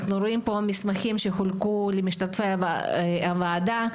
רואים פה מסמכים שחולקו למשתתפי הוועדה,